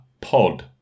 Pod